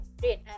great